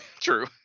True